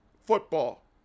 football